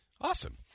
Awesome